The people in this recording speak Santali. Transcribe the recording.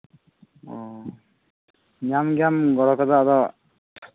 ᱧᱟᱢ ᱜᱮᱭᱟᱢ ᱜᱚᱲᱚ ᱠᱚᱫᱚ ᱟᱫᱚ